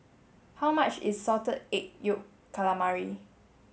how much is salted egg yolk calamari